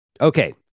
okay